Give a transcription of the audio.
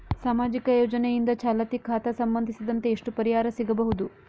ಸಾಮಾಜಿಕ ಯೋಜನೆಯಿಂದ ಚಾಲತಿ ಖಾತಾ ಸಂಬಂಧಿಸಿದಂತೆ ಎಷ್ಟು ಪರಿಹಾರ ಸಿಗಬಹುದು?